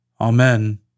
Amen